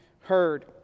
heard